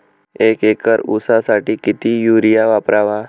एक एकर ऊसासाठी किती युरिया वापरावा?